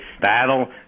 battle